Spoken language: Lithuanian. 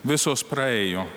visos praėjo